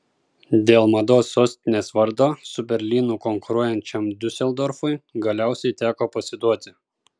dėl mados sostinės vardo su berlynu konkuruojančiam diuseldorfui galiausiai teko pasiduoti